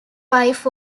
wife